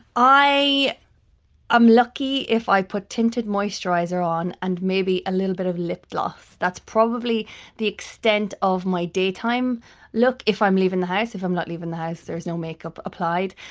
i am lucky if i put tinted moisturiser on and maybe a little bit of lip gloss, that's probably the extent of my daytime look if i'm leaving the house. if i'm not leaving the house there's no makeup applied.